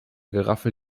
geraffel